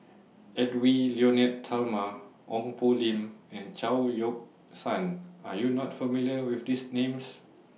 Edwy Lyonet Talma Ong Poh Lim and Chao Yoke San Are YOU not familiar with These Names